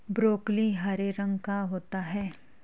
broccoli हरे रंग का होता है